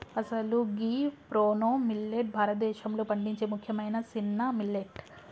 అసలు గీ ప్రోనో మిల్లేట్ భారతదేశంలో పండించే ముఖ్యమైన సిన్న మిల్లెట్